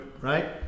right